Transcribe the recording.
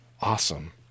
awesome